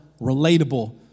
relatable